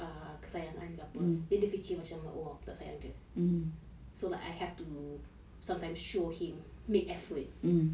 ah kesayangan ke apa dia fikir macam oh aku tak sayang dia so like I have to sometimes show him make effort